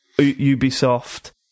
Ubisoft